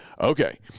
Okay